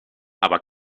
aber